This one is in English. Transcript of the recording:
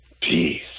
peace